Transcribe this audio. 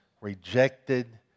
rejected